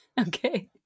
okay